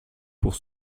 pour